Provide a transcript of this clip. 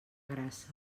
grassa